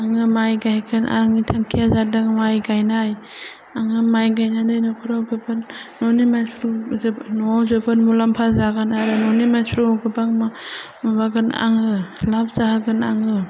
आङो माइ गायगोन आंनि थांखिया जादों माइ गायनाय आङो माइ गायनानै नखराव गोबां न'नि मानसि जोबोद न'आव जोबोद मुलाम्फा जागोन आरो न'नि मानसिफोरखौ गोबां माबागोन आङो लाभ जाहोगोन आङो